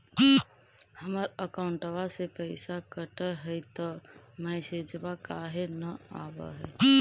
हमर अकौंटवा से पैसा कट हई त मैसेजवा काहे न आव है?